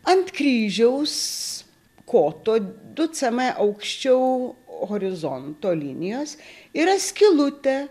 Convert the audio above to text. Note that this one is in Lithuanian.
ant kryžiaus koto du c m aukščiau horizonto linijos yra skylutė